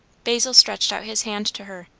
basil stretched out his hand to her.